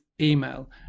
email